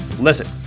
Listen